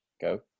Go